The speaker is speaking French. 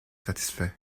satisfait